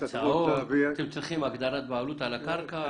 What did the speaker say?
אתם צריכים הגדרת בעלות על הקרקע.